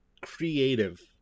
creative